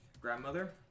grandmother